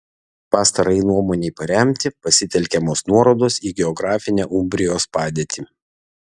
pastarajai nuomonei paremti pasitelkiamos nuorodos į geografinę umbrijos padėtį